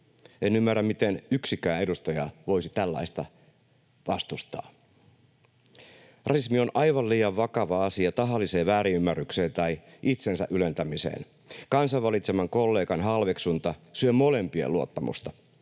En ymmärrä, miten yksikään edustaja voisi tällaista vastustaa. Rasismi on aivan liian vakava asia tahalliseen väärinymmärrykseen tai itsensä ylentämiseen. Kansan valitseman kollegan halveksunta syö molempien luottamusta.